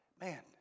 Man